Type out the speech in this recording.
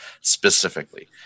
specifically